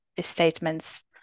statements